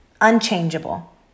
unchangeable